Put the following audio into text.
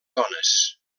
dones